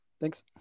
Thanks